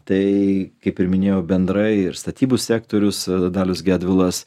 tai kaip ir minėjau bendrai ir statybų sektorius dalius gedvilas